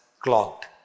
clogged